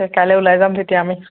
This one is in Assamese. ত' কাইলে উলায় যাম তেতিয়া আমি